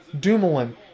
Dumoulin